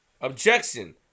Objection